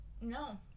no